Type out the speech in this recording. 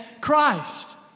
Christ